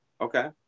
Okay